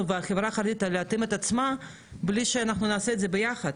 והחברה החרדית תתאים את עצמה בלי שאנחנו נעשה את זה ביחד.